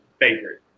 favorite